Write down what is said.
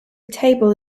table